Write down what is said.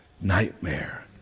nightmare